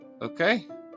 Okay